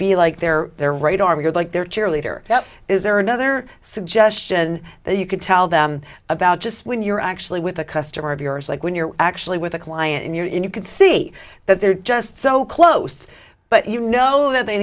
be like their their radar would like their cheerleader is there another suggestion that you could tell them about just when you're actually with a customer of yours like when you're actually with a client and you're in you can see that they're just so close but you know that they